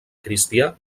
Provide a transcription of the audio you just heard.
cristià